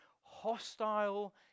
hostile